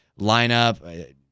lineup